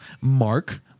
Mark